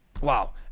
wow